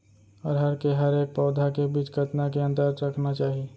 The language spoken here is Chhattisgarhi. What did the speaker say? अरहर के हरेक पौधा के बीच कतना के अंतर रखना चाही?